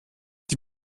die